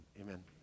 amen